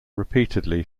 repeatedly